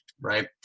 right